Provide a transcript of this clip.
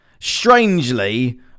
Strangely